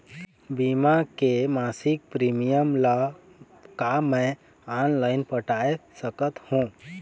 बीमा के मासिक प्रीमियम ला का मैं ऑनलाइन पटाए सकत हो?